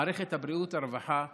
מערכת הבריאות, הרווחה והחינוך.